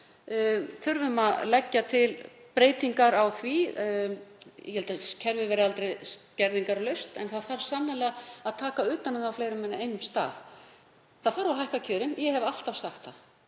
þurfum að leggja til breytingar á því. Ég held að kerfið verði aldrei skerðingarlaust en það þarf sannarlega að taka utan um það á fleiri en einum stað. Það þarf að bæta kjörin. Ég hef alltaf sagt það